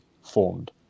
formed